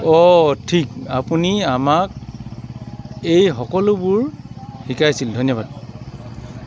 অ' ঠিক আপুনি আমাক এই সকলোবোৰ শিকাইছিল ধন্যবাদ